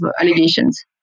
allegations